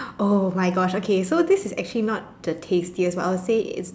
!oh-my-Gosh! okay so this is actually not the tastiest but I would say is